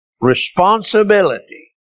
responsibility